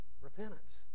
Repentance